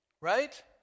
Right